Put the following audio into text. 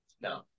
No